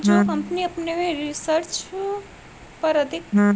जो कंपनी अपने रिसर्च पर अधिक फंड का उपयोग करती है वह हमेशा दूसरों से बेहतर साबित होती है